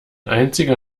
einziger